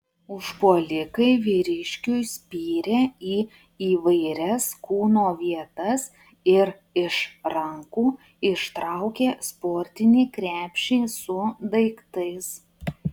užpuolikai vyriškiui spyrė į įvairias kūno vietas ir iš rankų ištraukė sportinį krepšį su daiktais